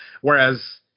whereas